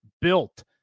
Built